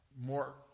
more